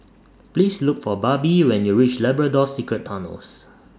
Please Look For Barbie when YOU REACH Labrador Secret Tunnels